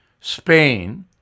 Spain